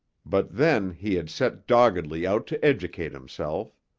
but then he had set doggedly out to educate himself.